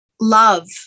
love